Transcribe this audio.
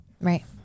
Right